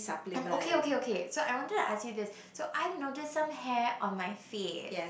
and okay okay okay so I wanted to ask you this so I've noticed some hair on my face